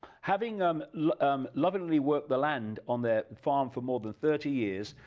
having um like um lovingly work the land on that farm for more than thirty years,